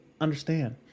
understand